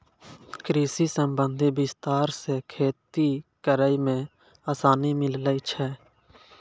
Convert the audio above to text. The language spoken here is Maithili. कृषि संबंधी विस्तार से खेती करै मे आसानी मिल्लै छै